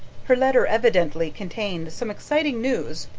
her letter evidently contained some exciting news,